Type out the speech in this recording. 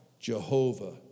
Jehovah